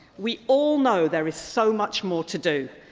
we all know there is so much more to do.